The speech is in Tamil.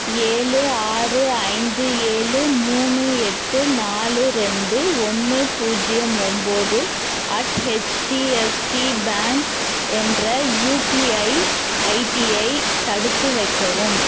ஏழு ஆறு ஐந்து ஏழு மூணு எட்டு நாலு ரெண்டு ஒன்று பூஜ்ஜியம் ஒம்போது அட் ஹெச்டிஎஃப்சி பேங்க் என்ற யுபிஐ ஐடியை தடுத்து வைக்கவும்